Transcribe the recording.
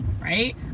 right